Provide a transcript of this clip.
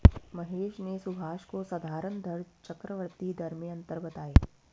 महेश ने सुभाष को साधारण दर चक्रवर्ती दर में अंतर बताएं